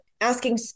asking